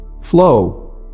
Flow